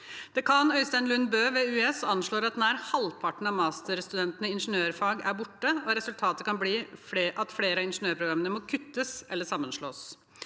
Dekan Øystein Lund Bø ved UiS anslår en halvering av masterstudentene i ingeniørfag, og resultatet kan bli at flere av ingeniørprogrammene må kuttes eller sammenslås.